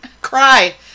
cry